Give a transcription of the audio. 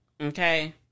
Okay